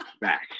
back